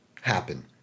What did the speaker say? happen